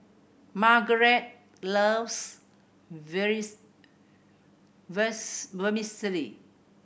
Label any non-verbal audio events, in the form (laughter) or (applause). Margarette loves (unintelligible) Vermicelli